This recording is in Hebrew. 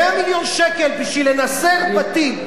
100 מיליון שקל בשביל לנסר בתים,